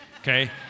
Okay